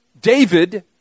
David